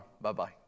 Bye-bye